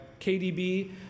KDB